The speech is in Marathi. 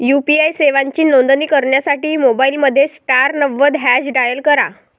यू.पी.आई सेवांची नोंदणी करण्यासाठी मोबाईलमध्ये स्टार नव्वद हॅच डायल करा